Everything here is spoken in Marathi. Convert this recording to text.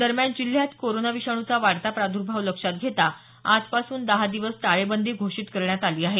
दरम्यान जिल्ह्यात कोरोना विषाणूचा वाढता प्रादुर्भाव लक्षात घेता आजपासून दहा दिवस टाळेबंदी घोषित करण्यात आली आहे